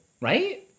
right